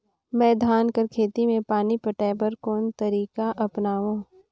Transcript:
मैं धान कर खेती म पानी पटाय बर कोन तरीका अपनावो?